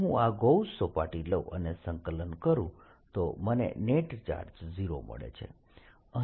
જો હું આ ગૌસ સપાટી લઉં અને સંકલન કરું તો મને નેટ ચાર્જ 0 મળે છે